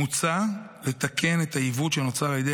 מוצע לתקן את העיוות שנוצר על ידי